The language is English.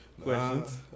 Questions